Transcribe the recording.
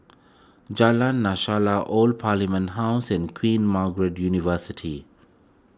Jalan Lashala Old Parliament House and Queen Margaret University